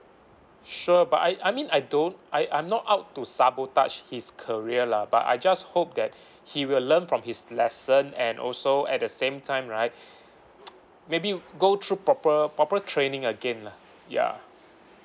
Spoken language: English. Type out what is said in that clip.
sure but I I mean I don't I I'm not out to sabotage his career lah but I just hope that he will learn from his lesson and also at the same time right maybe go through proper proper training again lah ya